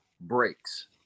breaks